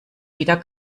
wieder